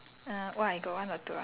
okay stories